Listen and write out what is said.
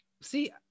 See